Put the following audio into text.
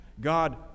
God